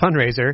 fundraiser